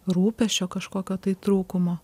rūpesčio kažkokio tai trūkumo